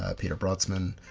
ah peter brotzmann.